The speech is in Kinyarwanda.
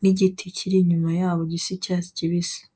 n'igiti kiri inyuma yabo gisa icyatsi kibisi.